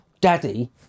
daddy